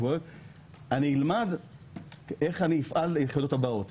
אני אלמד איך אני אפעל ביחידות הבאות.